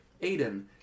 Aiden